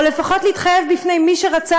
או לפחות להתחייב לפני מי שרצה